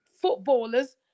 footballers